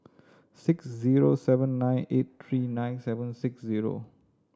six zero seven nine eight three nine seven six zero